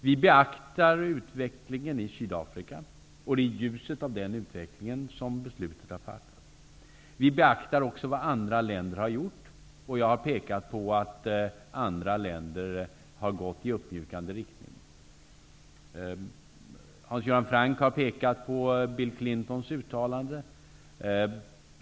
Vi beaktar utvecklingen i Sydafrika, och det är i ljuset av utvecklingen där som beslutet har fattats. Vi beaktar också vad andra länder har gjort. Jag har pekat på att andra länder har gått i uppmjukande riktning. Hans Göran Franck har pekat på Bill Clintons uttalande.